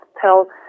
tell